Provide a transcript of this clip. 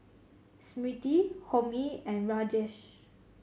Smriti Homi and Rajesh